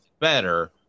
better